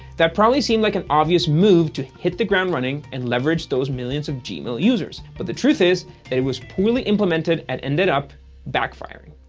that probably seemed like an obvious move to hit the ground running and leverage those millions of gmail users, but the truth is that it was poorly implemented and ended up backfiring.